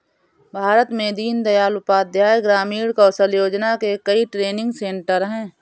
भारत में दीन दयाल उपाध्याय ग्रामीण कौशल योजना के कई ट्रेनिंग सेन्टर है